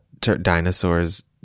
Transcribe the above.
dinosaur's